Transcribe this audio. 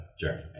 journey